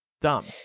dumb